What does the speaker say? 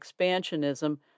expansionism